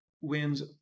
wins